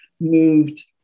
moved